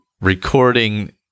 recording